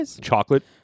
chocolate